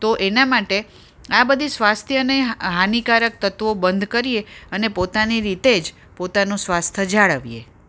તો એના માટે આ બધી સ્વાસ્થ્યને હાનિકારક તત્વો બંધ કરીએ અને પોતાની રીતે જ પોતાનું સ્વાસ્થ જાળવીએ